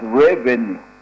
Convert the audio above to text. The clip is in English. revenue